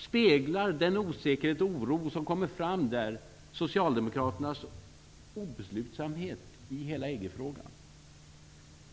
Speglar den osäkerhet och oro som kommer fram där socialdemokraternas obeslutsamhet i hela EG-frågan?